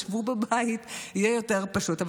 שבו בבית, יהיה יותר פשוט.